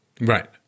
Right